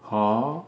hor